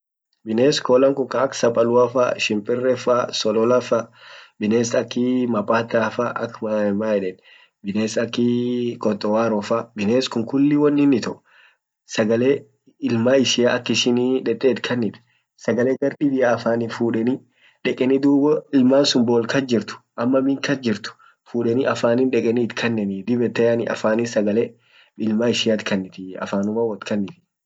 Bines kolan kun ka ak sapalua fa, shimpire fa sololafa, bines aki mapatafa aka man man yeden bines akii qotowarofa bines kun kulli wonin ito sagale ilman ishia ak ishini dete itkanita sagale gar dibia afanin fudeni deqani dub ho ilmasun bolkas jirt ama min kas jirt fudeni afanin deqeni itakanenii dib yedeni yani afanin sagale ilman ishiat kannitii afanuman wotkanan.